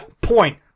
point